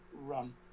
run